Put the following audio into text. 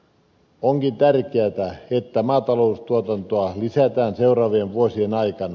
onkin tärkeätä että maataloustuotantoa lisätään seuraavien vuosien aikana